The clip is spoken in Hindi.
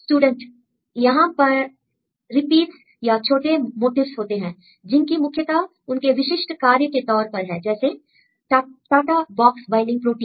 स्टूडेंट यहां पर रिपीट्स या छोटे मोटिफ्स होते हैं जिनकी मुख्यता उनके विशिष्ट कार्य के तौर पर है जैसे TATA बॉक्स बाइंडिंग प्रोटीन